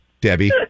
Debbie